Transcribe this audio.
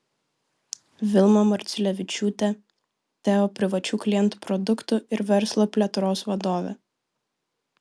vilma marciulevičiūtė teo privačių klientų produktų ir verslo plėtros vadovė